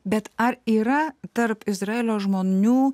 bet ar yra tarp izraelio žmonių